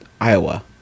Iowa